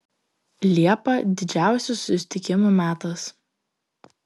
liepa didžiausių susitikimų metas